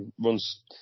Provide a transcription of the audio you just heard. runs